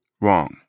Wrong